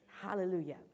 Hallelujah